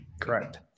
correct